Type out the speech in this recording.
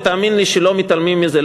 ותאמין לי שלא מתעלמים מזה,